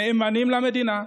נאמנים למדינה,